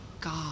god